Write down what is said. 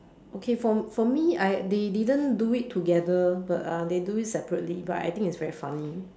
okay for for me I they they didn't do it together but uh they do it separately but I think it's very funny